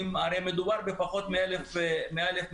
הרי מדובר בפחות מ-1,000 משפחות,